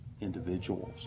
individuals